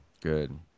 Good